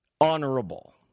honorable